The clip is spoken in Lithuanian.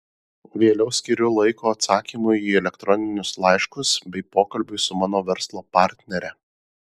vėliau skiriu laiko atsakymui į elektroninius laiškus bei pokalbiui su mano verslo partnere